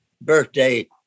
birthday